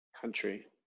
Country